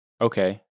Okay